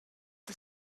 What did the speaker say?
the